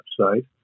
website